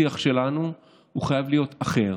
השיח שלנו חייב להיות אחר.